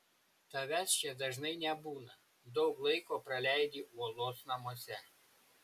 tavęs čia dažnai nebūna daug laiko praleidi uolos namuose